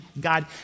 God